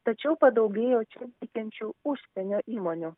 tačiau padaugėjo čia veikiančių užsienio įmonių